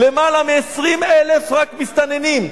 יותר מ-20,000 רק מסתננים,